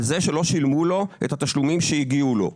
על זה שלא שילמו לו את התשלומים שהגיעו לו.